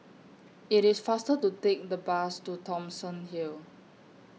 IT IS faster to Take The Bus to Thomson Hill